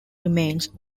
remains